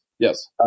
Yes